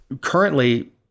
currently